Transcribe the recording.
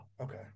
okay